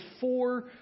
four